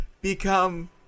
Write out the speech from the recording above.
become